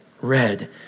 red